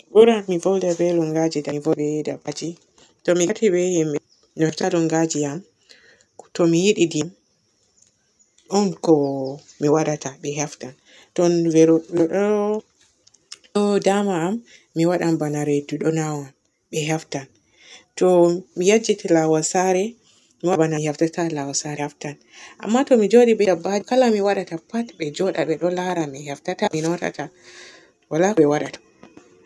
Mi buran mi volda be longaji di mi volda be dabbaji. To mi eti be himɓe mi nafta lungaji am to mi yiɗi dim ɗon ko mi waadata be hefta. To velu ɗo dun daama am mi waadan bana reedu du nawa am be heftan. To mi yejjiti laawol saare mi waada bana heftata laawol saare haftan, amma to to mi njoodi be dabbaji kala no mi waadata pat be njooda be ɗo laara mi be heftata bi notata waala be waadata.